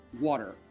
water